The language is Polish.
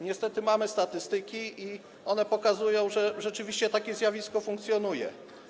Niestety mamy statystyki i one pokazują, że rzeczywiście takie zjawisko funkcjonuje.